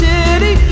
City